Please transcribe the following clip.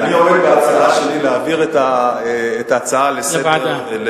אני עומד בהצעה שלי להעביר את ההצעה לסדר-היום